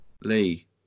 Lee